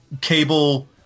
Cable